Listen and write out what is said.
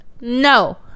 No